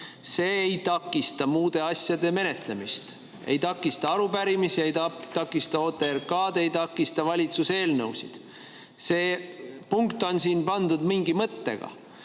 See ei takista muude asjade menetlemist, ei takista arupärimisi, ei takista OTRK-d, ei takista valitsuse eelnõusid. See punkt on siia pandud mingi mõttega.